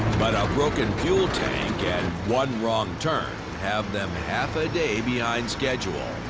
but a broken fuel tank and one wrong turn have them half a day behind schedule.